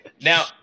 Now